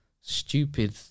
stupid